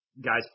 guys